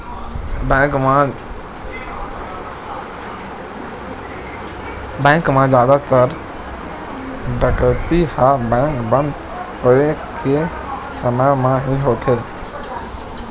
bank म जादातर डकैती ह बेंक बंद होए के समे म ही होथे